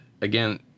Again